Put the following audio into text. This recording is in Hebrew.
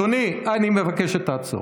אדוני, אני מבקש שתעצור.